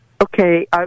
okay